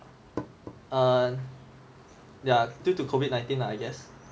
yeah due to COVID nineteen lah I guess